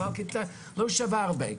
סל הקליטה לא שווה הרבה.